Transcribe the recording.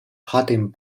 pudding